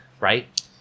Right